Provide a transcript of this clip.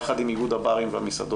יחד עם איגוד הברים והמסעדות,